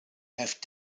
have